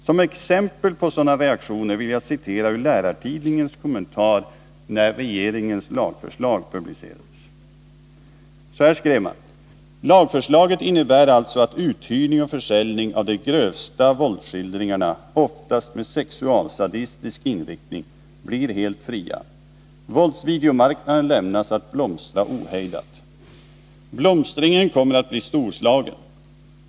Som exempel på sådana reaktioner vill jag citera Lärartidningens kommentarer till regeringens lagförslag: ”Lagförslaget innebär alltså att uthyrning och försäljning av de allra grövsta våldsskildringarna, oftast med sexual-sadistisk inriktning blir helt fria. Våldsvideomarknaden lämnas att blomstra ohejdat ———. Blomstringen kommer att bli storslagen —-—--.